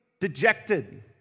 dejected